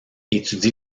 étudie